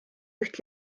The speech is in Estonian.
üht